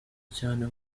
cyane